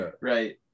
right